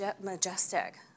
majestic